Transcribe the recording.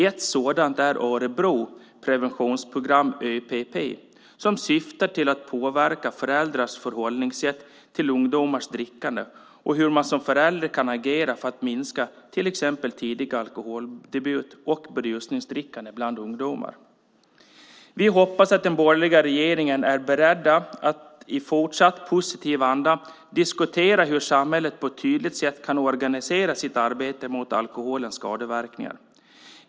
Ett sådant är Örebro Preventionsprogram, ÖPP, som syftar till att påverka föräldrars förhållningssätt till ungdomars drickande och hur man som förälder kan agera för att minska till exempel tidig alkoholdebut och berusningsdrickande bland ungdomar. Vi hoppas att den borgerliga regeringen är beredd att i fortsatt positiv anda diskutera hur samhället på ett tydligt sätt kan organisera sitt arbete mot alkoholens skadeverkningar.